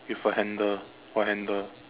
with a handle or handle